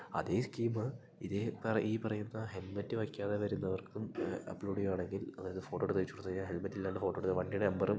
അതേ സ്കീമ് ഇതേ പറയ് ഈ പറയുന്ന ഹെൽമെറ്റ് വെയ്ക്കാതെ വരുന്നവർക്കും അപ്ലോഡ് ചെയ്യുവാണെങ്കിൽ അതായത് ഫോട്ടോ എടുത്തയച്ച് കൊടുത്ത് കഴിഞ്ഞാൽ ഹെൽെറ്റില്ലാണ്ട് ഫോട്ടോ എടുത്ത് വണ്ടീടെ നമ്പറും